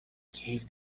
gave